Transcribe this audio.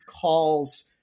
calls